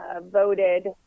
voted